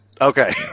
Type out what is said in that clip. Okay